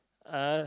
uh